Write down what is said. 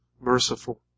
merciful